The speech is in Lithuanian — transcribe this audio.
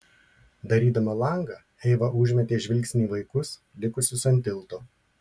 darydama langą eiva užmetė žvilgsnį į vaikus likusius ant tilto